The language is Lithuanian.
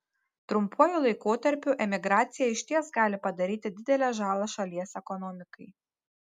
trumpuoju laikotarpiu emigracija išties gali padaryti didelę žalą šalies ekonomikai